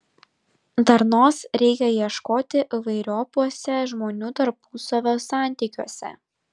darnos reikia ieškoti įvairiopuose žmonių tarpusavio santykiuose